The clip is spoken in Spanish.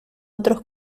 otros